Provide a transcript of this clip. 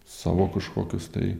savo kažkokius tai